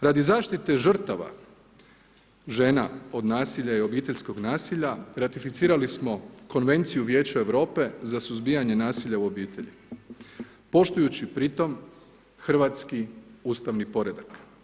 Radi zaštite žrtava žena od nasilja i obiteljskog nasilja ratificirali smo Konvenciju Vijeća Europe za suzbijanje nasilja u obitelji poštujući pri tome hrvatski ustavni poredak.